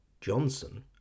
Johnson